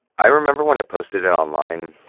i remember when i posted it online,